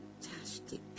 Fantastic